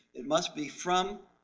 it must be from